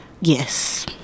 Yes